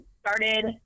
started